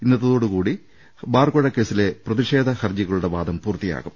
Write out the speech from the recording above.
ഇന്നത്തോട് കൂടി ബാർ കോഴ കേസിലെ പ്രതിഷേധ ഹർജികളുടെ വാദം പൂർത്തിയാകും